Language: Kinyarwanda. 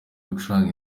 gucuranga